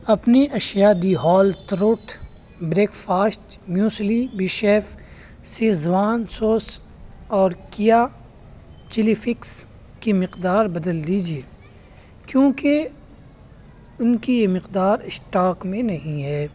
اپنی اشیاء the whole truth breakfast muesli be chef Schezwan sauce اور کیا چلی فلیکس کی مقدار بدل دیجیے کیونکہ ان کی یہ مقدار اسٹاک میں نہیں ہے